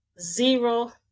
zero